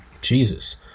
Jesus